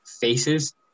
faces